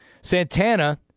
Santana